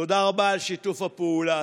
תודה רבה על שיתוף הפעולה,